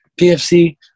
PFC